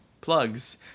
plugs